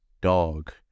dog